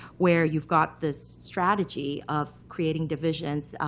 where you've got this strategy of creating divisions